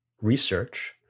research